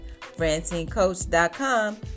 francinecoach.com